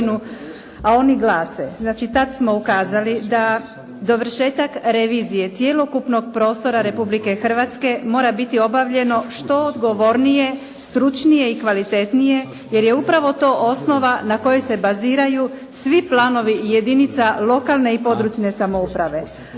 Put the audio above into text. a oni glase: Znači, tad smo ukazali da dovršetak revizije cjelokupnog prostora Republike Hrvatske mora biti obavljeno što odgovornije, stručnije i kvalitetnije jer je upravo to osnova na kojoj se baziraju svi planovi jedinica lokalne i područne samouprave,